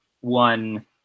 one